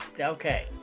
Okay